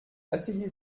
asseyez